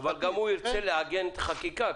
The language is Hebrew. אבל גם הוא ירצה לעגן בחקיקה,